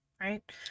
right